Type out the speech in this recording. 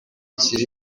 mukiri